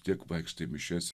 tiek vaikštai į mišias